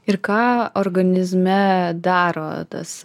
ir ką organizme daro tas